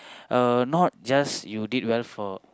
uh not just you did well for